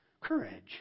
courage